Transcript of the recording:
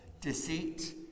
deceit